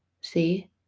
see